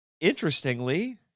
interestingly